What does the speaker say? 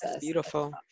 Beautiful